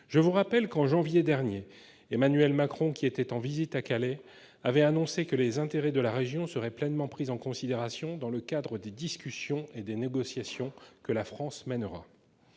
Je vous rappelle que, au mois de janvier dernier, Emmanuel Macron, en visite à Calais, a annoncé que les intérêts de la région seraient pleinement pris en considération dans le cadre des discussions et des négociations que la France mènera.